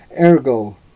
ergo